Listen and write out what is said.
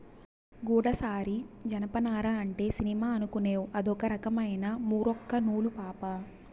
గూడసారి జనపనార అంటే సినిమా అనుకునేవ్ అదొక రకమైన మూరొక్క నూలు పాపా